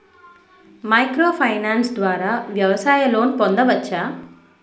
Micro finance ద్వారా వ్యవసాయ loan పొందవచ్చా?